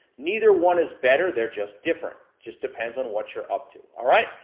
neither one is better, they're just different. just depends on what you're up to. all right,